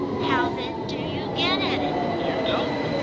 how then do you get at it? you don't!